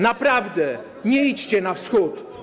Naprawdę, nie idźcie na wschód.